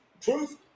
Truth